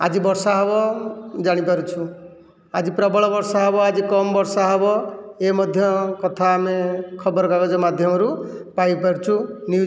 ଆଜି ବର୍ଷା ହେବ ଜାଣିପାରୁଛୁ ଆଜି ପ୍ରବଳ ବର୍ଷା ହେବ ଆଜି କମ ବର୍ଷା ହେବ ଏ ମଧ୍ୟ କଥା ଆମେ ଖବରକାଗଜ ମାଧ୍ୟମରୁ ପାଇ ପାରୁଛୁ ନିୟୁ